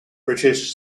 british